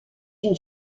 une